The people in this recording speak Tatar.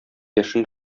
яшен